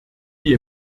die